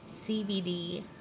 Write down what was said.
CBD